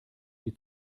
die